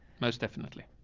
most definitely.